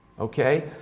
Okay